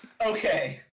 Okay